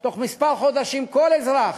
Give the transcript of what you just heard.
בתוך כמה חודשים כל אזרח